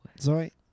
Zoe